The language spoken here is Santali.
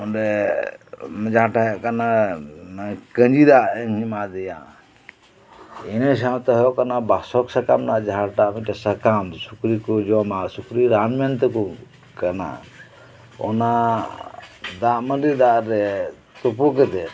ᱚᱸᱰᱮ ᱡᱟᱦᱟ ᱴᱷᱮᱱ ᱦᱩᱭᱩᱜ ᱠᱟᱱᱟ ᱠᱟᱹᱡᱤ ᱫᱟᱜ ᱤᱧ ᱮᱢᱟ ᱫᱮᱭᱟ ᱤᱱᱟᱹ ᱥᱟᱶᱛᱮ ᱦᱩᱭᱩᱜ ᱠᱟᱱᱟ ᱵᱟᱥᱚᱫ ᱥᱟᱠᱟᱢ ᱡᱟᱦᱟᱸᱴᱟᱜ ᱥᱟᱠᱟᱢ ᱥᱩᱠᱨᱤ ᱠᱚ ᱡᱚᱢᱟ ᱥᱩᱠᱨᱤ ᱨᱟᱱ ᱢᱮᱱᱛᱮ ᱠᱟᱱᱟ ᱚᱱᱟ ᱫᱟᱜ ᱢᱟᱹᱰᱤ ᱫᱟᱜ ᱨᱮ ᱛᱩᱯᱩ ᱠᱟᱛᱮᱫ